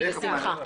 בשמחה.